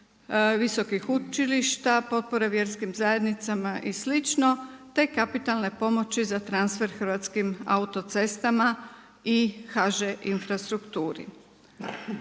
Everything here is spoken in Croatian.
visokih učilišta, potpore vjerskim zajednicama i slično te kapitalne pomoći za transfer Hrvatskim cestama i HŽ Infrastrukturi.